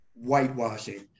whitewashing